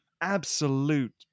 absolute